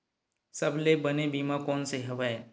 सबले बने बीमा कोन से हवय?